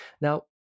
Now